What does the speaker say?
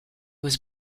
was